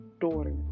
daughter